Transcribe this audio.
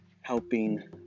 Helping